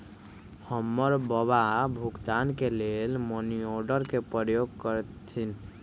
हमर बबा भुगतान के लेल मनीआर्डरे के प्रयोग करैत रहथिन